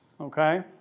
Okay